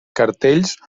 cartells